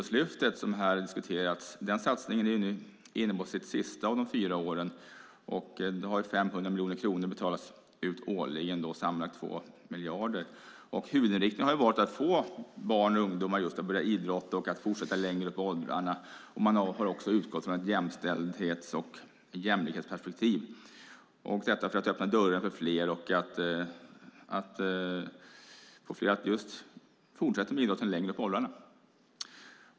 Satsningen Idrottslyftet är inne på det sista av totalt fyra år. 500 miljoner kronor har utbetalats årligen, sammanlagt 2 miljarder. Huvudinriktningen har varit att få barn och ungdomar att börja idrotta och att få fler att idrotta längre upp i åldrarna. Arbetet har utgått från ett jämställdhets och jämlikhetsperspektiv för att på så sätt öppna dörrarna för fler.